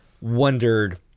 wondered